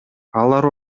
алар